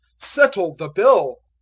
settle the bill.